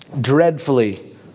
dreadfully